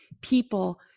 people